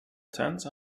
tense